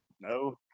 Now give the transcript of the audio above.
No